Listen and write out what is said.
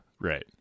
right